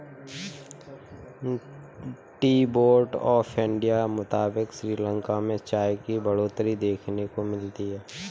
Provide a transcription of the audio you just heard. T board of India के मुताबिक़ श्रीलंका में चाय की बढ़ोतरी देखने को मिली है